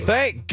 Thank